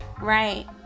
right